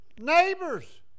neighbors